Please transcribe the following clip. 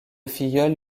filleul